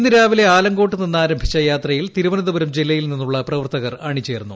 ഇന്ന് രാവിലെ ആലംകോട്ട് നിന്ന് ആരംഭിച്ച യാത്രയിൽ തിരുവനന്തപുരം ജില്ലയിൽ നിന്നുള്ള പ്രവർത്തകർ അണിചേർന്നു